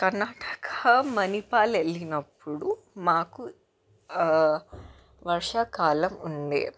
కర్ణాటక మణిపాల్ వెళ్లినప్పుడు మాకు వర్షాకాలం ఉండే